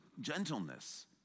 gentleness